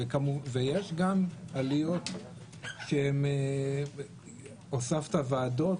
ויש גם עלויות בעקבות הוספת ועדות,